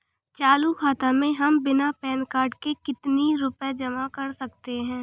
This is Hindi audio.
चालू खाता में हम बिना पैन कार्ड के कितनी रूपए जमा कर सकते हैं?